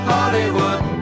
Hollywood